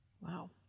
Wow